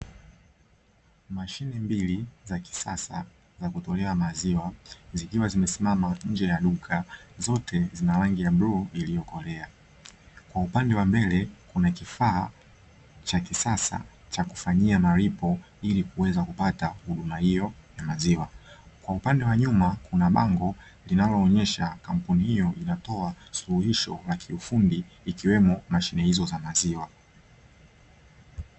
Mashine mbili za kisasa za kutolea maziwa zikiwa zimesimama nje ya duka zote zina rangi ya bluu iliyokolea. kwa upande wa mbele kuna kifaa cha kisasa cha kufanyia malipo ili kuweza kupata huduma hiyo ya maziwa, kwa upande wa nyuma kuna bango linaloonyesha kampuni hiyo inatoa suluhisho la kiufundi ikiwemo mashine hizo za maziwa.